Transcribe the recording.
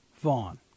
Vaughn